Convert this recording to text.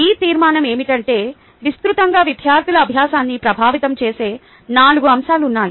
ఈ తీర్మానం ఏమిటంటే విస్తృతంగా విద్యార్థుల అభ్యాసాన్ని ప్రభావితం చేసే నాలుగు అంశాలు ఉన్నాయి